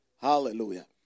hallelujah